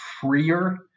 freer